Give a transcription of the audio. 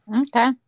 Okay